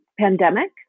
pandemic